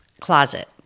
closet